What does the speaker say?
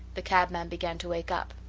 the cabman began to wake up.